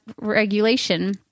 regulation